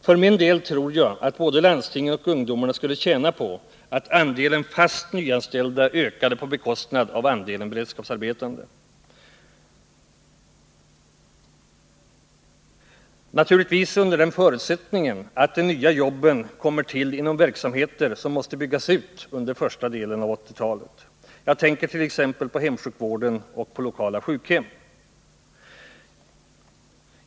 För min del tror jag att både landstingen och ungdomarna skulle tjäna på att andelen fast nyanställda ökade på bekostnad av andelen beredskapsarbetande — naturligtvis under den förutsättningen att de nya jobben kommer till i verksamheter som måste byggas ut under första delen av 1980-talet. Jag tänkert.ex. på hemsjukvården och på lokala sjukhem.